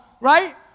right